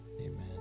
Amen